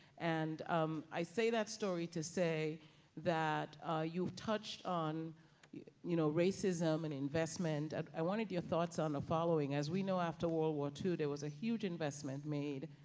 and um i say that story to say that you've touched on you know, racism and investment and i wanted your thoughts on the following. as we know, after world war two, there was a huge investment made,